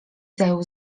zajął